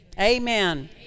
Amen